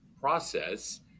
process